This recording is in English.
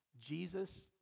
jesus